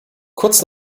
kurz